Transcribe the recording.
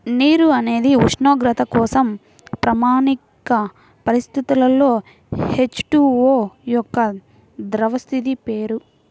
నీరు అనేది ఉష్ణోగ్రత కోసం ప్రామాణిక పరిస్థితులలో హెచ్.టు.ఓ యొక్క ద్రవ స్థితి పేరు